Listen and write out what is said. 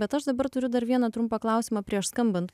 bet aš dabar turiu dar vieną trumpą klausimą prieš skambant